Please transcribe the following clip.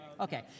Okay